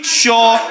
sure